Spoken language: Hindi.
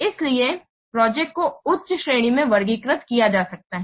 इसलिए प्रोजेक्ट को उच्च श्रेणी में वर्गीकृत किया जा सकता है